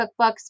cookbooks